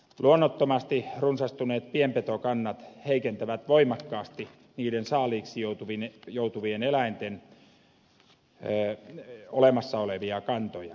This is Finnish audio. luonnottomasti runsastuneet pienpetokannat heikentävät voimakkaasti niiden saaliiksi joutuvien eläinten olemassa olevia kantoja